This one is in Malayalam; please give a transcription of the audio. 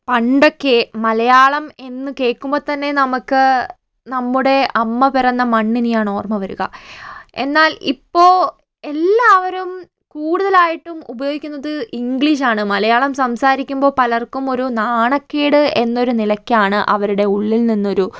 പണ്ടൊക്കെ മലയാളം എന്നു കേൾക്കുമ്പോൾ തന്നെ നമുക്ക് നമ്മുടെ അമ്മ പിറന്ന മണ്ണിനെയാണ് ഓർമ്മ വരിക എന്നാൽ ഇപ്പൊൾ എല്ലാവരും കൂടുതലായിട്ടും ഉപയോഗിക്കുന്നത് ഇംഗ്ലീഷാണ് മലയാളം സംസാരിക്കുമ്പോ പലർക്കും ഒരു നാണക്കേട് എന്നൊരു നിലക്കാണ് അവരുടെ ഉള്ളിൽ നിന്നൊരു